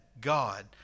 God